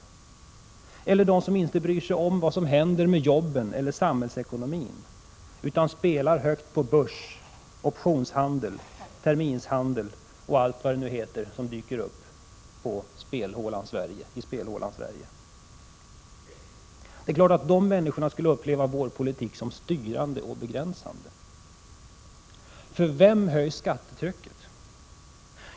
Det är av dem som inte bryr sig om vad som händer med jobben eller med samhällsekonomin utan spelar högt på börs, optionshandel, terminshandel och allt vad det nu heter som dyker upp i spelhålan Sverige. Det är klart att dessa människor skulle uppleva vår politik som styrande och begränsande. För vem höjs skattetrycket?